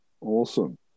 Awesome